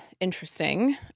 interesting